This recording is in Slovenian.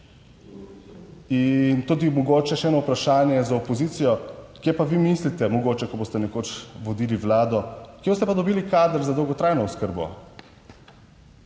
In tudi mogoče še eno vprašanje za opozicijo, kje pa vi mislite mogoče, ko boste nekoč vodili vlado, kje boste pa dobili kader za dolgotrajno oskrbo?